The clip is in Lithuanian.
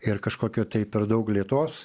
ir kažkokio tai per daug lėtos